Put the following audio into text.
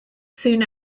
soon